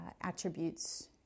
attributes